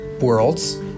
worlds